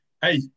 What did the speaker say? Hey